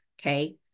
okay